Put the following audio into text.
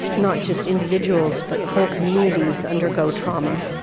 not just individuals, but whole communities undergo trauma,